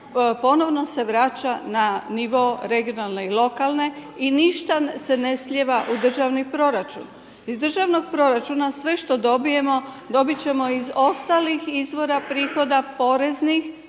ponovno se vraća na nivo regionalne i lokalne i ništa se ne slijeva u državni proračun. Iz državnog proračuna sve što dobijemo dobit ćemo iz ostalih izvora prihoda poreznih